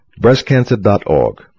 Breastcancer.org